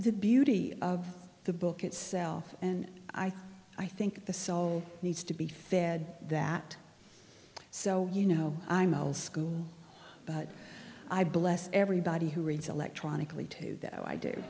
the beauty of the book itself and i think i think the soul needs to be fed that so you know i'm old school but i bless everybody who reads electronically to that i do